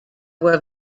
were